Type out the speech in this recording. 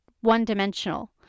one-dimensional